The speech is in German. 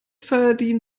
verdient